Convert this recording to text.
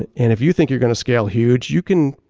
and and if you think you're going to scale huge, you can.